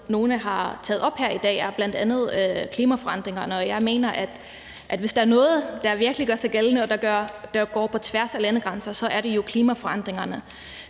som nogle har taget op her i dag, er bl.a. klimaforandringer, og jeg mener, at hvis der er noget, der virkelig gør sig gældende, og som går på tværs af landegrænser, er det jo klimaforandringerne.